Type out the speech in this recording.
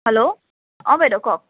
hello অ' বাইদেউ কওক